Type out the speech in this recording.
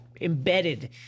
embedded